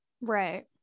Right